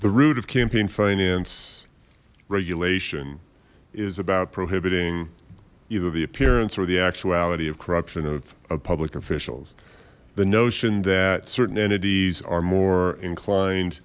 the route of campaign finance regulation is about prohibiting either the appearance or the actuality of corruption of public officials the notion that certain entities are more inclined